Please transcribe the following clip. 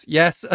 yes